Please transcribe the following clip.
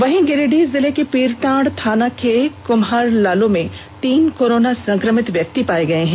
वहीं गिरिडीह जिले के पीरटांड़ थाना के कुम्हरलालो में तीन कोरोना संक्रमित व्यक्ति पाए गए हैं